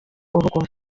urugo